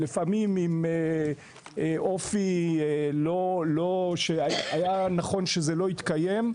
שהן לפעמים עם אופי שהיה נכון שזה לא יתקיים,